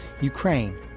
Ukraine